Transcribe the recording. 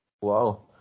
Wow